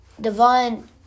Devon